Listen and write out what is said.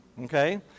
Okay